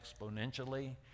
exponentially